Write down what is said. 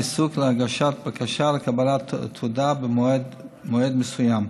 לעיסוק ולהגשת בקשה לקבלת תעודה במועד מסוים.